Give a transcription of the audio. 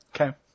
Okay